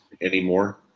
anymore